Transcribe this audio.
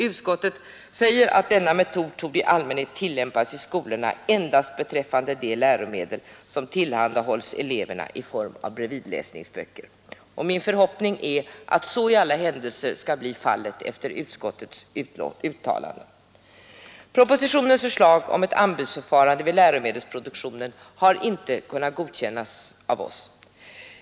Utskottet säger att denna metod i allmänhet torde tillämpas i skolorna endast beträffande de läromedel som tillhandahålls eleverna i form av bredvidläsningsböcker, och min förhoppning är att så i alla händelser blir fallet efter detta utskottets uttalande. Propositionens förslag om ett anbudsförfarande vid läromedelsproduktion har inte kunnat godkännas av oss.